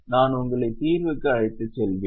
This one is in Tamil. நான் உங்களை தீர்வுக்கு அழைத்துச் செல்வேன்